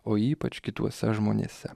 o ypač kituose žmonėse